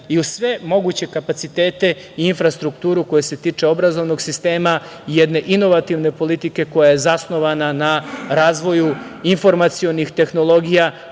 i u sve moguće kapacitete i infrastrukturu koja se tiče obrazovnog sistema, jedne inovativne politike koja je zasnovana na razvoju informacionih tehnologija.